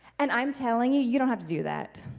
and i'm telling you you don't have to do that